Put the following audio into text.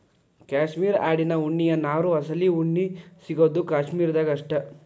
cashmere ಆಡಿನ ಉಣ್ಣಿಯ ನಾರು ಅಸಲಿ ಉಣ್ಣಿ ಸಿಗುದು ಕಾಶ್ಮೇರ ದಾಗ ಅಷ್ಟ